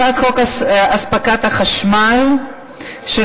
הצעת חוק הספקת החשמל (הוראת שעה) (תיקון,